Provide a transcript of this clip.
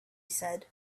said